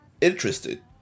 interested